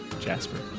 Jasper